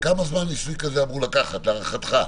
כמה זמן אמור לקחת להערכתך?